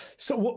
so,